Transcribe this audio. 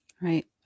right